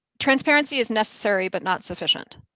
transparency is necessary, but not sufficient.